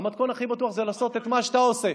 המתכון הכי בטוח הוא לעשות את מה שאתה עושה,